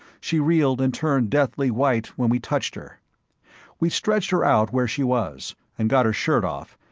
she reeled and turned deathly white when we touched her we stretched her out where she was, and got her shirt off,